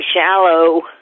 shallow